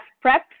prep